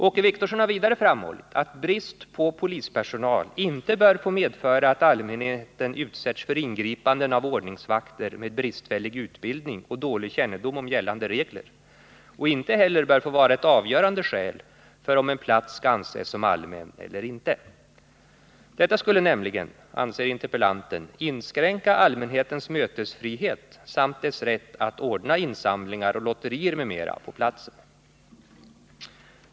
Åke Wictorsson har vidare framhållit att brist på polispersonal inte bör få medföra att allmänheten utsätts för ingripanden av ordningsvakter med bristfällig utbildning och dålig kännedom om gällande regler och inte heller bör få vara ett avgörande skäl för om en plats skall anses som allmän eller inte. Detta skulle nämligen — anser interpellanten — inskränka allmänhetens mötesfrihet samt dess rätt att ordna insamlingar och lotterier m.m. på platsen.